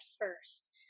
first